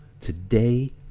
today